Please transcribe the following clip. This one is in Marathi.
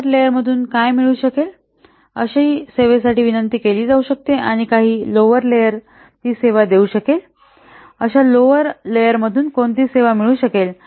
लोवर लेयर मधून काय मिळू शकेल अशी सेवेसाठी विनंती केली जाऊ शकते आणि काही लोवर लेयर ती सेवा देऊ शकेल अशा लोवर लेयर मधून कोणती सेवा मिळू शकेल